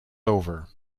over